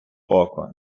око